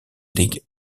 league